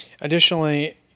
additionally